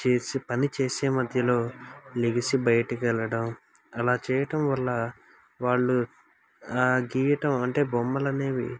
చేసే పని చేసే మధ్యలో లెగిసి బయటికి వెళ్ళడం అలా చేయడం వల్ల వాళ్ళు గీయడం అంటే బొమ్మలు అనేవి